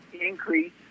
increase